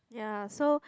ya so